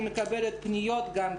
אני מקבלת פניות גם כן.